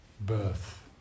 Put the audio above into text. birth